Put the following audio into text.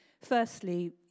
firstly